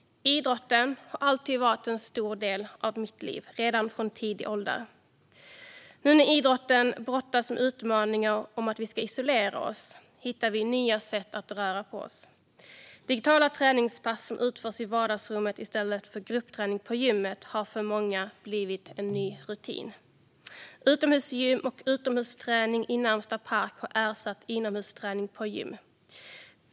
Idrotten har alltid varit en stor del av mitt liv, redan från tidig ålder. När nu idrotten brottas med utmaningen att vi ska isolera oss hittar vi nya sätt att röra på oss. Digitala träningspass som utförs i vardagsrummet i stället för gruppträning på gymmet har för många blivit en ny rutin. Utomhusgym och utomhusträning i närmaste park har ersatt inomhusträning på gym.